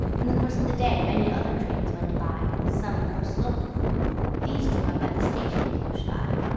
in the course of the day many other trains went by, some more slowly these drew up at the station close by,